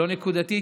לא נקודתית.